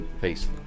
Peace